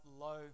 low